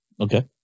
Okay